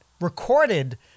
recorded